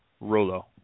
Rolo